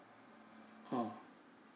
ah